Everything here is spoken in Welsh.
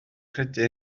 credu